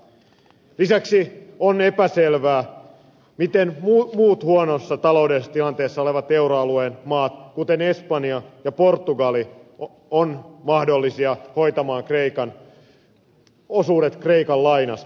lisäksi on epäselvää miten muut huonossa taloudellisessa tilanteessa olevat euroalueen maat kuten espanja ja portugali ovat mahdollisia hoitamaan osuutensa kreikan lainasta